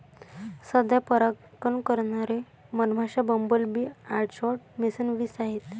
सध्या परागकण करणारे मधमाश्या, bumble bee, orchard mason bees आहेत